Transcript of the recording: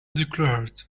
declared